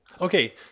Okay